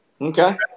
okay